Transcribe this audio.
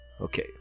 Okay